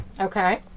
Okay